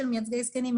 של מייצגי זקנים,